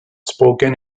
spoken